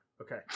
Okay